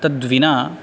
तद्विना